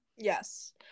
yes